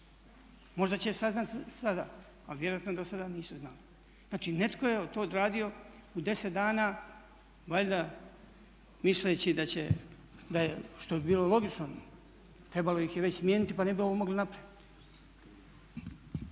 Možda će saznati sada, ali vjerojatno do sada nisu znali. Znači, netko je to odradio u 10 dana valjda misleći da će, što bi bilo logično trebalo ih je već smijeniti pa ne bi ovo mogli napraviti.